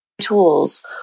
tools